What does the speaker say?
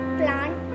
plant